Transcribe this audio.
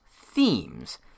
themes